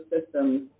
systems